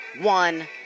one